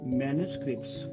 manuscripts